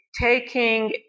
taking